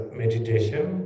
meditation